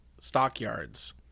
stockyards